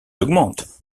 augmente